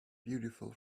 beautiful